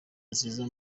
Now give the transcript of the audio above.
nziza